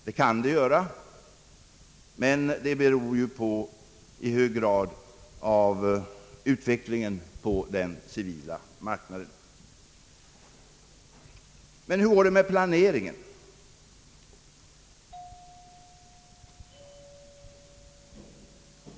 Det kan det göra, men det beror i hög grad på utvecklingen på den civila marknaden. Men hur går det med planeringen?